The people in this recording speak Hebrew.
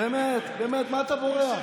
באמת, מה אתה בורח?